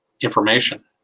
information